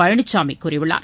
பழனிசாமி கூறியுள்ளார்